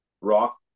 Rock